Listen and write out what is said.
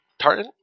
Tartan